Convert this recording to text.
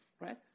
Right